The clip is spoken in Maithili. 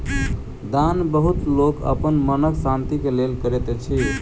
दान बहुत लोक अपन मनक शान्ति के लेल करैत अछि